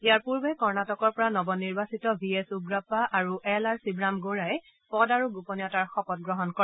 ইয়াৰ পূৰ্বে কৰ্ণাটকৰ পৰা নৱ নিৰ্বাচিত ভি এছ উগ্ৰাপ্পা আৰু এল আৰ শিৱৰামে গৌড়াই পদ আৰু গোপনীয়তাৰ শপত গ্ৰহণ কৰে